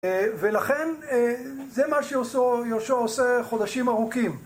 ולכן זה מה שיהושע עושה חודשים ארוכים.